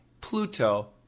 Pluto